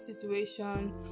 situation